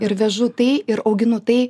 ir vežu tai ir auginutai